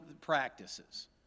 practices